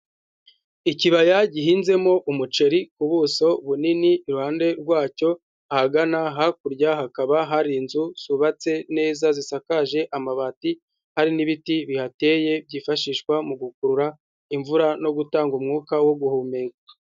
Ikibaya gihinzemo umuceri ku buso bunini, iruhande rwacyo ahagana hakurya hakaba hari inzu zubatse neza, zisakaje amabati, hari n'ibiti bihateye byifashishwa mu gukurura imvura no gutanga umwuka wo guhumeka.